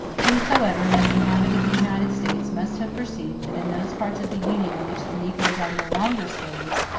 whosoever has inhabited the united states must have perceived that in those parts of the union in which the negroes are no longer slaves,